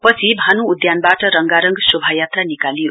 पछि भानु उद्घानबाट रंगारंग शोभायात्रा निकालियो